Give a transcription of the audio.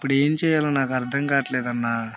ఇప్పుడు ఏం చేయాలో నాకు అర్థం కాటల్లేదు అన్నా